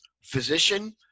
physician